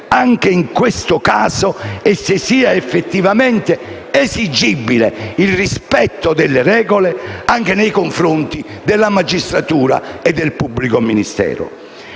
anche in questo caso e se sia effettivamente esigibile il rispetto delle regole anche nei confronti della magistratura e del pubblico ministero.